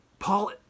Paul